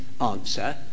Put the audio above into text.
answer